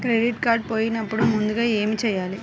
Credit card పోయినపుడు ముందుగా ఏమి చేయాలి?